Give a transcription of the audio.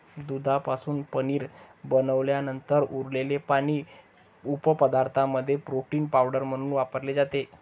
दुधापासून पनीर बनवल्यानंतर उरलेले पाणी उपपदार्थांमध्ये प्रोटीन पावडर म्हणून वापरले जाते